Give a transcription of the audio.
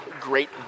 great